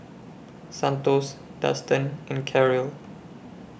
Santos Dustan and Karyl